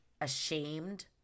ashamed